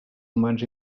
humans